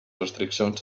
restriccions